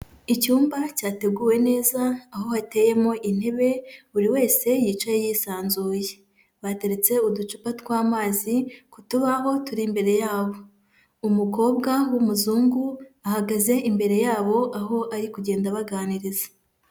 Icyumba cyateguwe neza, aho hateyemo intebe, buri wese yicaye yisanzuye. Bateretse uducupa tw'amazi, ku tubaho turi imbere yabo. Umukobwa w'umuzungu, ahagaze imbere yabo aho ari kugenda abaganiriza.